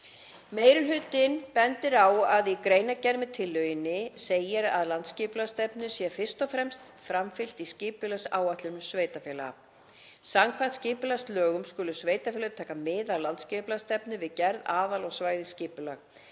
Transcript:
Meiri hlutinn bendir á að í greinargerð með tillögunni segir að landsskipulagsstefnu sé fyrst og fremst framfylgt í skipulagsáætlunum sveitarfélaga. Samkvæmt skipulagslögum skulu sveitarfélög taka mið af landsskipulagsstefnu við gerð aðal- og svæðisskipulags.